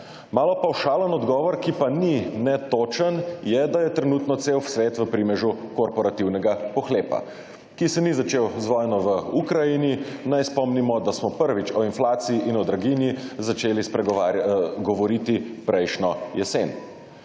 Malo pavšalen odgovor, ki pa ni ne točen, je da je trenutno cel svet v primežu korporativnega pohlepa, ki se ni začel z vojno v Ukrajini. Naj spomnimo, da smo prvič o inflaciji in o draginji začeli govoriti prejšnjo jesen.